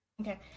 Okay